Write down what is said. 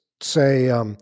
say